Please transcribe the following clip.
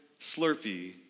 Slurpee